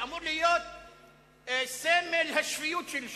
שאמור להיות סמל השפיות של ש"ס,